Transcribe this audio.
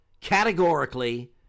categorically